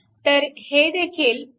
तर हे देखील 2